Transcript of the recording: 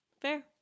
fair